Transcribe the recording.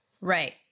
Right